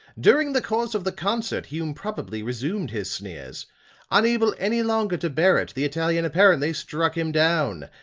during the course of the concert, hume probably resumed his sneers unable any longer to bear it, the italian apparently struck him down,